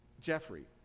Jeffrey